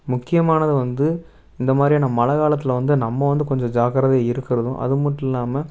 முக்கியமானது வந்து இந்தமாதிரியான மழைக்காலத்துல வந்து நம்ம வந்து கொஞ்சம் ஜாக்கிரதையாக இருக்குறதும் அதுமட்டும் இல்லாமல்